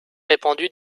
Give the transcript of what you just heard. répandues